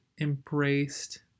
embraced